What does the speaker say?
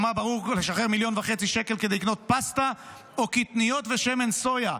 או מה בהול לשחרר 1.5 מיליון שקלים כדי לקנות פסטה או קטניות ושמן סויה,